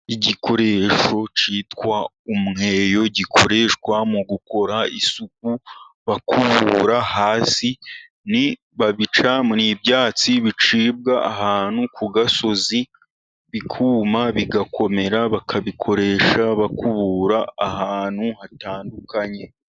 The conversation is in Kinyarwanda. Igikoresho cyitwa umweyo gikoreshwa mu gukora isuku bakubura hasi ni babica , ni byatsi bicibwa ahantu ku gasozi bikuma ,bigakomera, bakabikoresha bakubura ahantu hatandukanye.